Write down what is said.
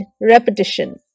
repetition